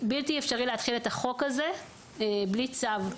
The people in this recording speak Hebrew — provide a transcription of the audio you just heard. בלתי אפשרי להתחיל את החוק הזה בלי צו.